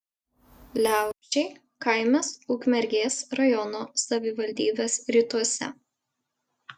liaušiai kaimas ukmergės rajono savivaldybės rytuose